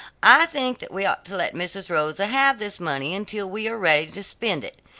i think that we ought to let mrs. rosa have this money until we are ready to spend it.